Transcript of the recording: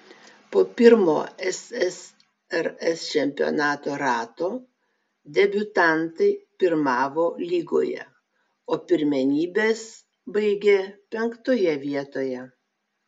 po pirmo ssrs čempionato rato debiutantai pirmavo lygoje o pirmenybes baigė penktoje vietoje